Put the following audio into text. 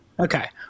Okay